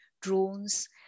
drones